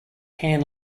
hand